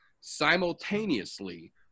simultaneously